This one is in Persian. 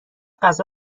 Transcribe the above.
غذا